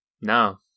No